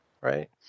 right